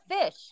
fish